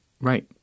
right